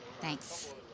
Thanks